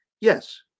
yes